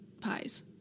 Pies